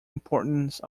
importance